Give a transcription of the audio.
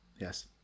yes